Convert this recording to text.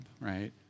right